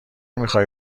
میخوای